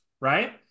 right